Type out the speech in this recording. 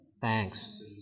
Thanks